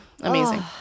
Amazing